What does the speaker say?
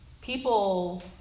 People